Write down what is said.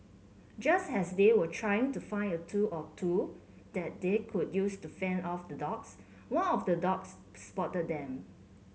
just as they were trying to find a tool or two that they could use to fend off the dogs one of the dogs spotted them